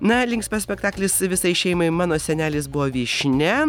na linksmas spektaklis visai šeimai mano senelis buvo vyšnia